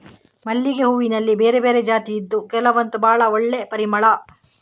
ಮಲ್ಲಿಗೆ ಹೂನಲ್ಲಿ ಬೇರೆ ಬೇರೆ ಜಾತಿ ಇದ್ದು ಕೆಲವಂತೂ ಭಾಳ ಒಳ್ಳೆ ಪರಿಮಳ